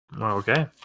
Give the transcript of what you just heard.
Okay